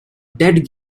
dead